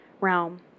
realm